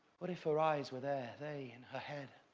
what if her eyes were there, they in her head?